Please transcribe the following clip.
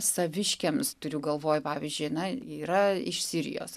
saviškiams turiu galvoj pavyzdžiui na yra iš sirijos